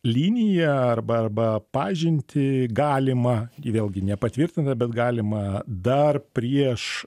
liniją arba arba pažintį galimą ji vėlgi nepatvirtina bet galima dar prieš